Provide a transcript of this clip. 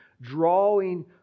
drawing